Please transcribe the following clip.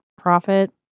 profit